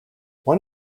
one